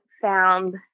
found